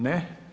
Ne.